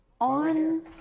On